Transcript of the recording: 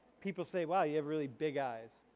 people say wow you have really big eyes.